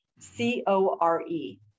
C-O-R-E